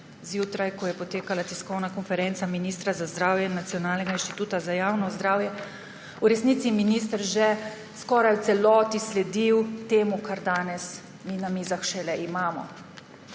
zjutraj, ko je potekala tiskovna konferenca ministra za zdravje in Nacionalnega inštituta za javno zdravje, v resnici minister že skoraj v celoti sledil temu, kar danes mi šele imamo